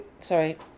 sorry